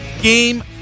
game